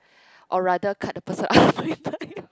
or rather cut the person out